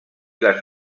les